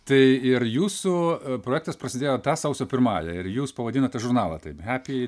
tai ir jūsų projektas prasidėjo tą sausio pirmąja ir jūs pavadinote žurnalą taip hepi